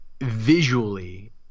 visually